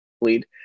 lead